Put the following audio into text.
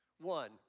One